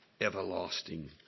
everlasting